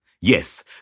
Yes